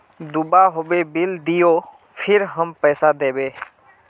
दूबा होबे बिल दियो फिर हम पैसा देबे?